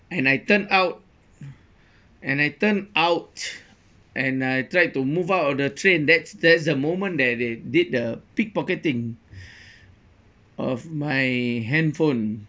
and I turned out and I turned out and I tried to move out of the train that's that's the moment that they did the pickpocketing of my handphone